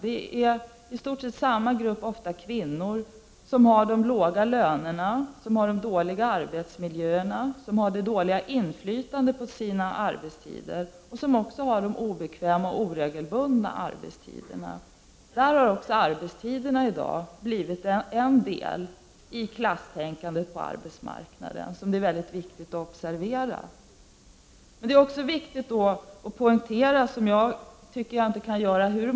Det är i stort sett en grupp, framför allt kvinnor, som har de låga lönerna, de dåliga arbetsmiljöerna och det dåliga inflytandet på sina arbetstider. De har också de obekväma och oregelbundna arbetstiderna. Här har också arbetstiderna blivit en del av klasstänkandet på arbetsmarknaden, något som det är mycket viktigt att observera.